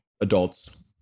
Adults